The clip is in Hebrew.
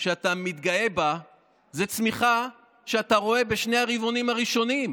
שאתה מתגאה בה זו צמיחה שאתה רואה בשני הרבעונים הראשונים.